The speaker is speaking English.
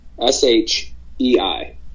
S-H-E-I